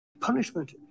punishment